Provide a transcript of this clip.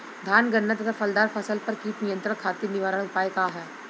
धान गन्ना तथा फलदार फसल पर कीट नियंत्रण खातीर निवारण उपाय का ह?